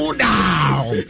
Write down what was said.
down